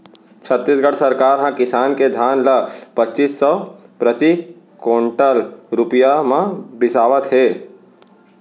छत्तीसगढ़ सरकार ह किसान के धान ल पचीस सव प्रति कोंटल रूपिया म बिसावत हे